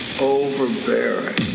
overbearing